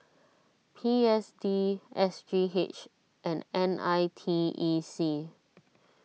P S D S G H and N I T E C